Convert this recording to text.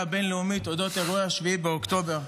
הבין-לאומית עם אירועי 7 באוקטובר,